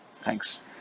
Thanks